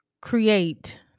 create